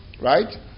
Right